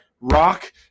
rock